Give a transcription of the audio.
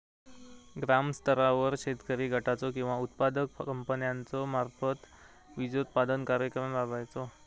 ग्रामस्तरावर शेतकरी गटाचो किंवा उत्पादक कंपन्याचो मार्फत बिजोत्पादन कार्यक्रम राबायचो?